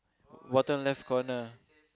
bottom left corner